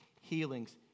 healings